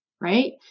right